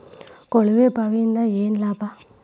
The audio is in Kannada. ಕೊಳವೆ ಬಾವಿಯಿಂದ ಏನ್ ಲಾಭಾ?